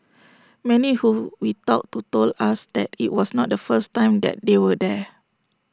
many who we talked to told us that IT was not the first time that they were there